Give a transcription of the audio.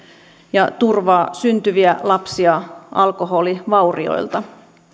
ja turvaa syntyviä lapsia alkoholivaurioilta